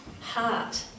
heart